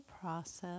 process